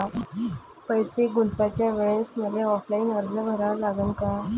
पैसे गुंतवाच्या वेळेसं मले ऑफलाईन अर्ज भरा लागन का?